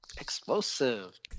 Explosive